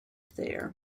there